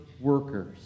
workers